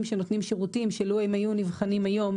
שנותנים שירותים שלו הם היו נבחנים היום,